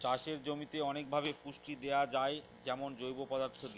চাষের জমিতে অনেকভাবে পুষ্টি দেয়া যায় যেমন জৈব পদার্থ দিয়ে